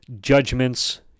judgments